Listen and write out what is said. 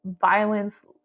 violence